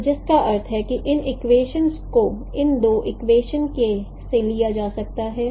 तो जिसका अर्थ है कि इन इक्वेशनस को इन दो इक्वेशनस से लिया जा सकता है